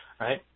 right